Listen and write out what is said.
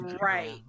Right